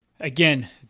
Again